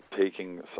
taking